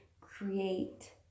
create